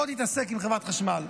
בוא תתעסק עם חברת החשמל,